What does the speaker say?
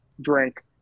drink